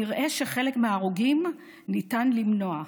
נראה שחלק מההרוגים ניתן למנוע,